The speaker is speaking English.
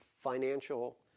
financial